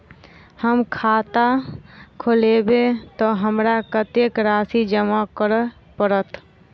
हम खाता खोलेबै तऽ हमरा कत्तेक राशि जमा करऽ पड़त?